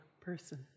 person